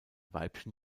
weibchen